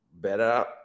better